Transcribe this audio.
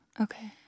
Okay